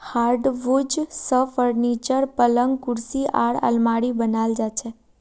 hardwood स furniture, पलंग कुर्सी आर आलमारी बनाल जा छेक